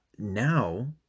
now